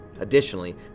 Additionally